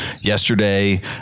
yesterday